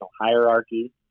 hierarchy